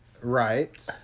Right